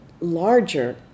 larger